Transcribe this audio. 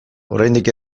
oraindik